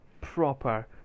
proper